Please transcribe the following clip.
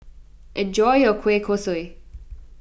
enjoy your Kueh Kosui